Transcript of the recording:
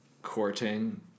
courting